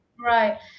Right